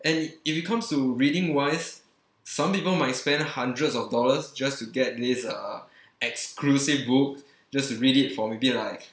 and if it comes to reading wise some people might spend hundreds of dollars just to get this uh exclusive book just to read it for maybe like